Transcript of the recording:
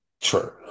true